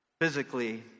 physically